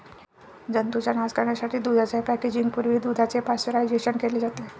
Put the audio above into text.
जंतूंचा नाश करण्यासाठी दुधाच्या पॅकेजिंग पूर्वी दुधाचे पाश्चरायझेशन केले जाते